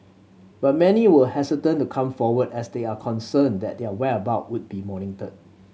but many were hesitant to come forward as they are concerned that their whereabout would be monitored